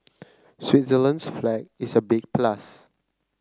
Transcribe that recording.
Switzerland's flag is a big plus